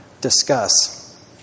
discuss